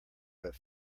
but